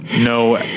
No